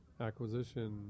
acquisition